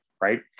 right